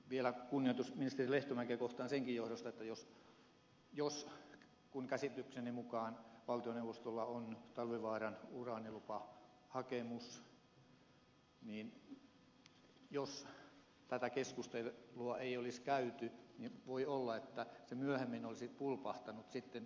vielä kunnioitus ministeri lehtomäkeä kohtaan senkin johdosta että jos kun käsitykseni mukaan valtioneuvostolla on talvivaaran uraanilupahakemus tätä keskustelua ei olisi käyty niin voi olla että se myöhemmin olisi pulpahtanut sitten esiin